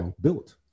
built